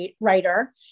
writer